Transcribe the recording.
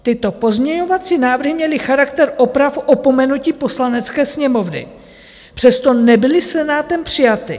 Tyto pozměňovací návrhy měly charakter oprav opomenutí Poslanecké sněmovny, přesto nebyly Senátem přijaty.